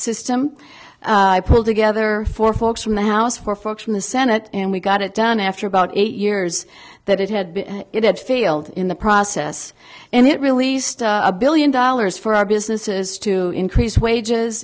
system i pulled together for folks from the house where folks from the senate and we got it done after about eight years that it had been it had failed in the process and it released a billion dollars for our businesses to increase wages